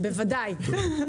בוודאי.